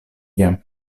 jam